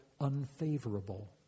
unfavorable